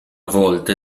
volte